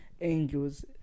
angels